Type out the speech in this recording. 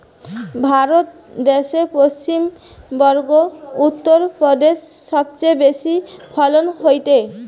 ভারত দ্যাশে পশ্চিম বংগো, উত্তর প্রদেশে সবচেয়ে বেশি ফলন হয়টে